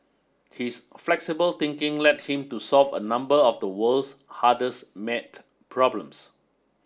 his flexible thinking led him to solve a number of the world's hardest maths problems